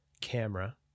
camera